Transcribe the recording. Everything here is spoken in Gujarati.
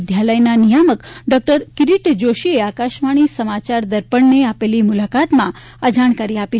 વિઘાલયના નિયામક ડોકટર કિરીટ જોશીએ આકાશવાગ઼ી સમાચાર દર્પણને આપેલી મ્રલાકાતમાં આ જાણકારી આપી